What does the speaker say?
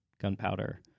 gunpowder